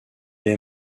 est